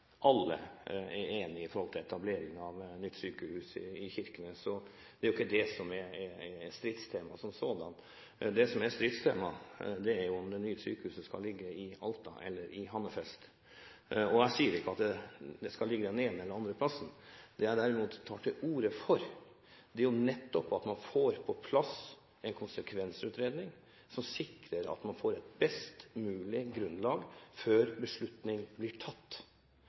ikke det som er stridstemaet som sådant. Det som er stridstemaet, er om det nye sykehuset skal ligge i Alta eller i Hammerfest. Jeg sier ikke at det skal ligge på det ene eller andre stedet, men det jeg derimot tar til orde for, er at man får på plass en konsekvensutredning som sikrer at man får et best mulig grunnlag før beslutning blir tatt.